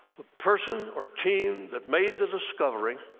the person or team that made the discovery,